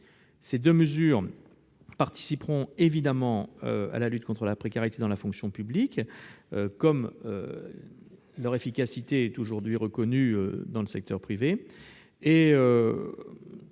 Ces deux mesures participeront de la lutte contre la précarité dans la fonction publique, puisque leur efficacité est aujourd'hui reconnue dans le secteur privé.